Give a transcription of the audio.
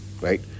right